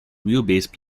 wheelbase